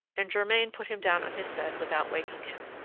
and germain put him down on his bed without waking him.